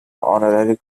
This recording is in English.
honorary